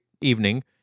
evening